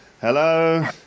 hello